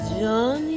Johnny